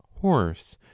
horse